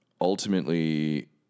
Ultimately